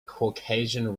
caucasian